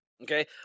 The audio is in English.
Okay